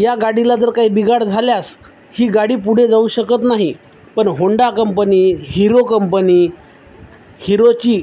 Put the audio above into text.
या गाडीला जर काही बिघाड झाल्यास ही गाडी पुढे जाऊ शकत नाही पण होंडा कंपनी हिरो कंपनी हिरोची